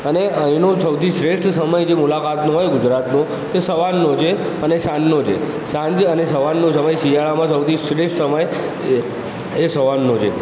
અને અહીંનો સૌથી શ્રેષ્ઠ સમય જે મુલાકાતનો હોય ગુજરાતનો તો એ સવારનો છે અને સાંજનો છે સાંજ અને સવારનો સમય શિયાળામાં સૌથી શ્રેષ્ઠ સમય એ એ સવારનો છે